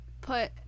put